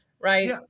right